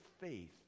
faith